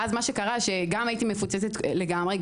ואז גם הייתי מפוצצת לגמרי,